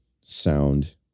sound